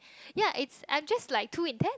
ya it's I'm just like too intend